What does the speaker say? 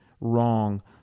wrong